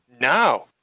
no